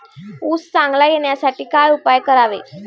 ऊस चांगला येण्यासाठी काय उपाय करावे?